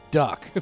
duck